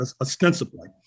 ostensibly